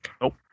Nope